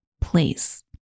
place